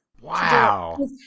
Wow